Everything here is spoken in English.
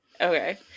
Okay